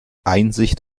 einsicht